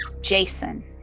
Jason